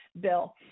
bill